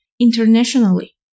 internationally